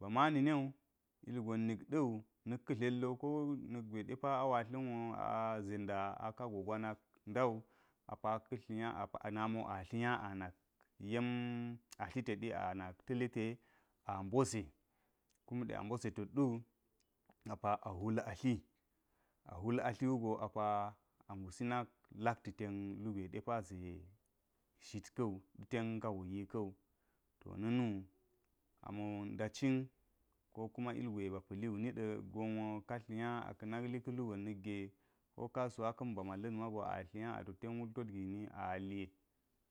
Ma mani newu ilgon nak ɗa̱wi na̱k ka dlel wo na̱k gwe depa a watla̱nwo apa a ze nda akago gwa nak ndawu apa ka̱tlinya apa ana mo atlinya a nak yen atli teɗi a mbo ze kum a mbo ze tedɗu a hwul atli a hwul atli wugo apa a ngusi lakti ten lu gwe depa ze shik ka̱wu ten kago giwu. To na̱nu ama̱ nacin, ko kuma ilgwe ba pa̱liwo ɗiɗawi gonwo katlinya a nal lika̱lugon na̱k ge ko kasuwa ka̱n ba man lid mogo atlinya a to ten wul tot gini ali